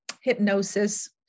hypnosis